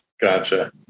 Gotcha